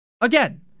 Again